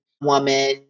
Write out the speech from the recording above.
woman